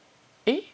eh